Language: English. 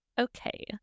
Okay